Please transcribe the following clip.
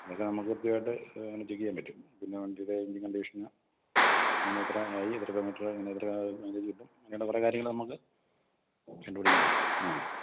ഇതൊക്കെ നമുക്ക് കൃത്യമായിട്ട് ചെക്ക് ചെയ്യാൻ പറ്റും പിന്നെ വണ്ടിയുടെ എഞ്ചിൻ കണ്ടീഷൻ ഇങ്ങനെ എത്രയായി എത്ര കിലോ മീറ്ററായി ഇങ്ങനെ എത്ര കിലോ മീറ്റർ മൈലേജ് കിട്ടും അങ്ങനെയുള്ള കുറേ കാര്യങ്ങൾ നമുക്ക് കണ്ടുപിടിക്കാൻ പറ്റും ആ